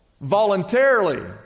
voluntarily